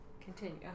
Continue